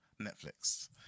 Netflix